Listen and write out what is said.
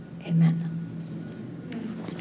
Amen